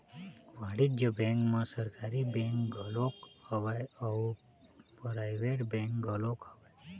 वाणिज्य बेंक म सरकारी बेंक घलोक हवय अउ पराइवेट बेंक घलोक हवय